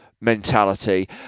mentality